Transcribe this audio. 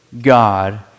God